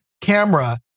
camera